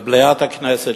למליאת הכנסת,